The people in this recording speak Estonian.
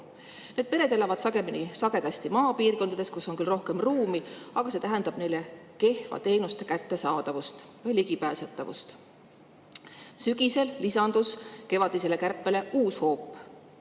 Need pered elavad sagedasti maapiirkondades, kus on küll rohkem ruumi, aga see tähendab neile kehva teenuste kättesaadavust või [kehva] ligipääsetavust. Sügisel lisandus kevadisele kärpele uus hoop.